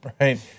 right